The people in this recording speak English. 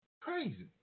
Crazy